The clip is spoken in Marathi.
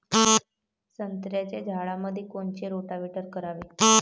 संत्र्याच्या झाडामंदी कोनचे रोटावेटर करावे?